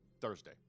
Thursday